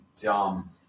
dumb